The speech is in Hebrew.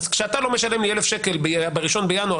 אז כשאתה לא משלם לי 1,000 ש"ח ב-1 בינואר,